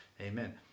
amen